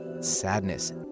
sadness